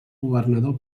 governador